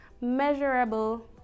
Measurable